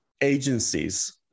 agencies